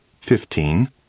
fifteen